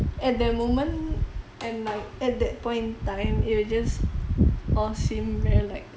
at that moment and like at that point in time it will just all seem very like